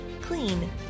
clean